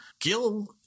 Gil